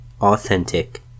authentic